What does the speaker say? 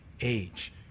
age